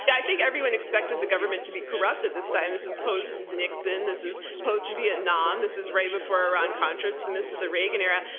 i think everyone expected the government to be corrupt at this time. this is post-nixon. this is post-vietnam. this is right before iran-contra. it's the mist of the reagan era.